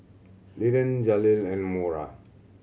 Linden Jaleel and Mora